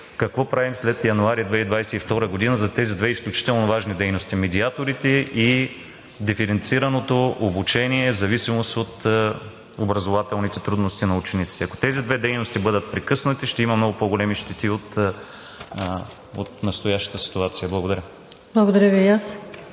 какво правим след януари 2022 г. за тези две изключително важни дейности – медиаторите и диференцираното обучение в зависимост от образователните трудности на учениците? Тези две дейности, ако бъдат прекъснати, ще има много по-големи щети от настоящата ситуация. Благодаря. (Ръкопляскания